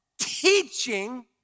teaching